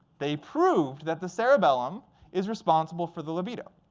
they proved that the cerebellum is responsible for the libido.